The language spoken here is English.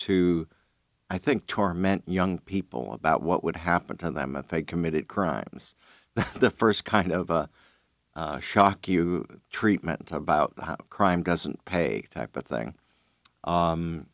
to i think torment young people about what would happen to them if they committed crimes the first kind of a shock you treatment about crime doesn't pay type of thing